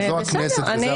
זו הכנסת וזה הפרלמנט.